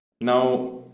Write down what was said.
Now